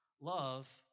Love